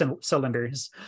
cylinders